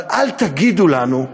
אבל אל תגידו לנו,